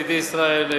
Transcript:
ידידי ישראל,